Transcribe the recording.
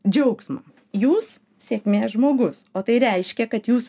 džiaugsmą jūs sėkmės žmogus o tai reiškia kad jūs